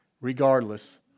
regardless